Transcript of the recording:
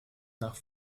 nach